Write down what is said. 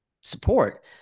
support